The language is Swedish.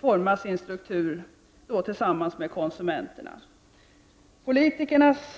forma en struktur tillsammans med konsumenterna.